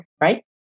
right